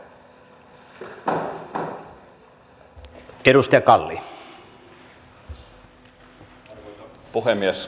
arvoisa puhemies